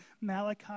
Malachi